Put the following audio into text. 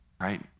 right